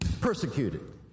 Persecuted